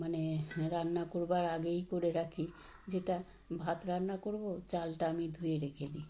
মানে রান্না করবার আগেই করে রাখি যেটা ভাত রান্না করব চালটা আমি ধুয়ে রেখে দিই